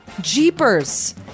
Jeepers